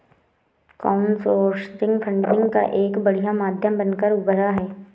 crowdsourcing funding का एक बढ़िया माध्यम बनकर उभरा है